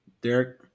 Derek